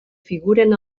figuren